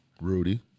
Rudy